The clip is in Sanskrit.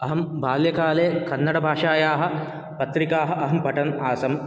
अहं बाल्यकाले कन्नडभाषायाः पत्रिकाः अहं पठन् आसम्